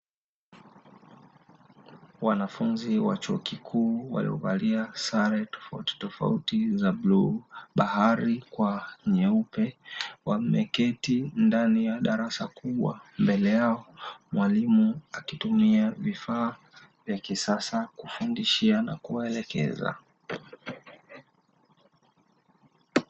Wanafunzi wa chuo kikuu waliovalia sare tofauti tofauti za bluu bahari kwa nyeupe, wameketi ndani ya darasa kubwa mbele yao mwalimu akitumia vifaa vya kisasa kufundishia na kuwaelekeza.